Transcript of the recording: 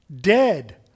dead